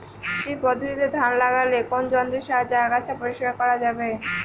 শ্রী পদ্ধতিতে ধান লাগালে কোন যন্ত্রের সাহায্যে আগাছা পরিষ্কার করা যাবে?